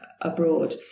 abroad